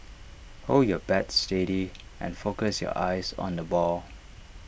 hold your bat steady and focus your eyes on the ball